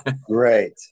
Great